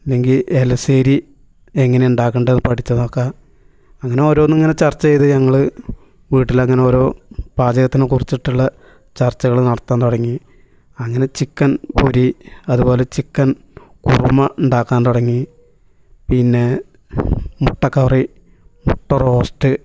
അല്ലെങ്കിൽ എലിശ്ശേരി എങ്ങനെയാണ് ഉണ്ടാക്കേണ്ടത് എന്ന് പഠിച്ചു നോക്കാം അങ്ങനെ ഓരോന്ന് ഇങ്ങനെ ചർച്ച ചെയ്ത് ഞങ്ങൾ വീട്ടിൽ അങ്ങനെ ഓരോ പാചകത്തിനെ കുറിച്ചിട്ടുള്ള ചർച്ചകൾ നടത്താൻ തുടങ്ങി അങ്ങനെ ചിക്കൻ പൊരി അതുപോലെ ചിക്കൻ കുറുമ ഉണ്ടാക്കാൻ തുടങ്ങി പിന്നെ മുട്ടക്കറി മുട്ട റോസ്റ്റ്